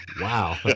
Wow